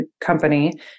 company